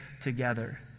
together